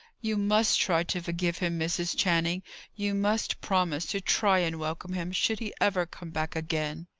you must try to forgive him, mrs. channing you must promise to try and welcome him, should he ever come back again!